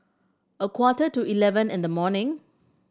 a quarter to eleven in the morning